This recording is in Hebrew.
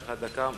יש לך דקה מהמקום.